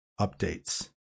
Updates